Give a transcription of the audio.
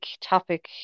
topic